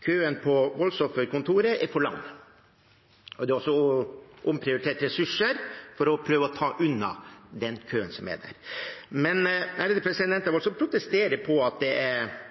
Køen på voldsofferkontoret er for lang, og det er omprioritert ressurser for å prøve å ta unna den køen som er der. Men jeg vil protestere på at det er